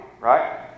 Right